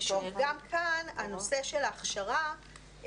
גם כאן הנושא של ההכשרה,